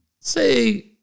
say